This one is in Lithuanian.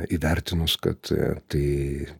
įvertinus kad tai